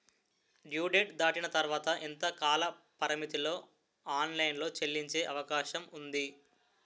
Due date దాటిన తర్వాత ఎంత కాలపరిమితిలో ఆన్ లైన్ లో చెల్లించే అవకాశం వుంది?